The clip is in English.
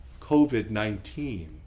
COVID-19